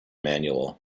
manual